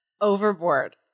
Overboard